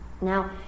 Now